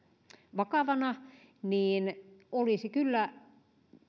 vakavana olisi kyllä